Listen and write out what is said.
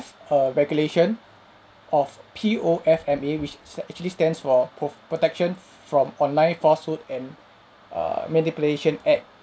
a regulation of P_O_F_M_A which s~ actually stands for pro~ protection from online falsehood and err manipulation act